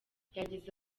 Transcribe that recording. yagize